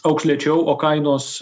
augs lėčiau o kainos